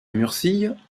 murcie